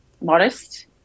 modest